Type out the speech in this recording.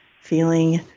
feeling